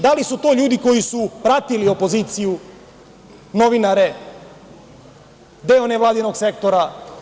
Da li su to ljudi koji su pratili opoziciju, novinare, deo nevladinog sektora?